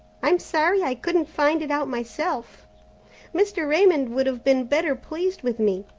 i'm sorry i couldn't find it out myself mr. raymond would have been better pleased with me.